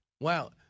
wow